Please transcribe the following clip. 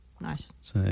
Nice